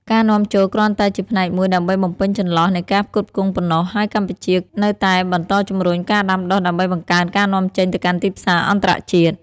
ការនាំចូលគ្រាន់តែជាផ្នែកមួយដើម្បីបំពេញចន្លោះនៃការផ្គត់ផ្គង់ប៉ុណ្ណោះ ហើយកម្ពុជានៅតែបន្តជំរុញការដាំដុះដើម្បីបង្កើនការនាំចេញទៅកាន់ទីផ្សារអន្តរជាតិ។